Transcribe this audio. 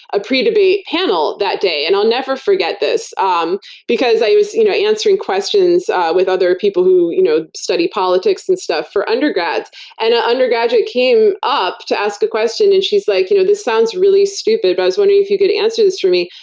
a pre-debate panel, that day, and i'll never forget this um because i was you know answering questions with other people who you know studied politics and stuff for undergrads. and an undergraduate came up to ask a question, and she's like, you know this sounds really stupid, but i was wondering if you could answer this for me.